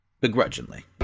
Begrudgingly